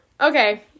Okay